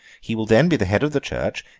he will then be the head of the church,